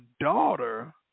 daughter